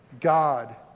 God